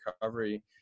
recovery